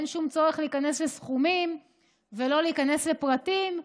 אין שום צורך להיכנס לסכומים ולא להיכנס לפרטים,